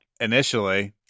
Initially